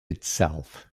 itself